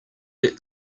let